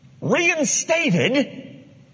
reinstated